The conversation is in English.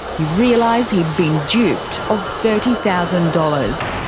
he realised he'd been duped of thirty thousand dollars.